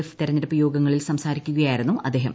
F തിരഞ്ഞെടുപ്പ് യോഗങ്ങളിൽ സംസാരിക്കുകയായിരുന്നു അദ്ദേഹം